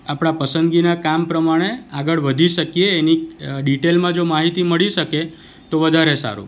આપણા પસંદગીનાં કામ પ્રમાણે આગળ વધી શકીએ એની ડિટેલમાં જો માહિતી મળી શકે તો વધારે સારું